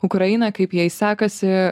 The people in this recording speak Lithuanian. ukrainą kaip jai sekasi